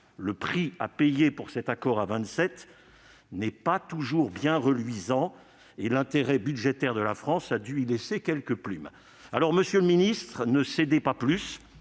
Le prix à payer pour cet accord à vingt-sept n'est pas toujours bien reluisant, et l'intérêt budgétaire de la France a dû y laisser quelques plumes. Monsieur le secrétaire d'État, ne cédez pas plus,